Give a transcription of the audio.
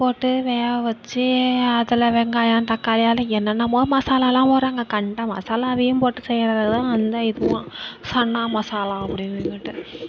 போட்டு வேக வச்சு அதில் வெங்காயம் தக்காளி அதில் என்னென்னமோ மசாலாவெலாம் போடுறாங்க கண்ட மசாலாவையும் போட்டு செய்கிறதுதான் அந்த இதுவாம் சன்னா மசாலா அப்படின்னுகிட்டு